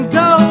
go